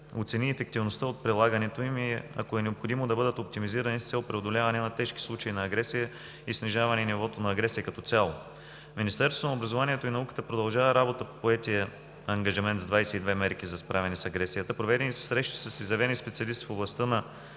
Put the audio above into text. оцени ефективността от прилагането им и ако е необходимо – да бъдат оптимизирани с цел преодоляване на тежки случаи на агресия и снижаване нивото на агресия като цяло. Министерството на образованието и науката продължава работа по поетия ангажимент с 22 мерки за спряване с агресията. Проведени са срещи с изявени специалисти в обрастта на